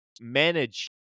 manage